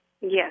Yes